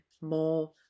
more